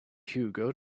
hugo